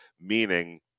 meaning